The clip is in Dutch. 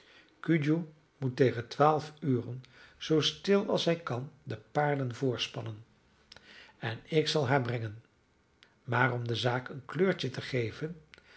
cudjoe moet tegen twaalf uren zoo stil als hij kan de paarden voorspannen en ik zal haar brengen maar om de zaak een kleurtje te geven